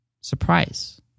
surprise